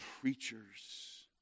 preachers